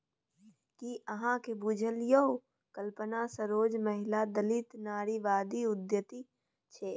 कि अहाँक बुझल यै कल्पना सरोज पहिल दलित नारीवादी उद्यमी छै?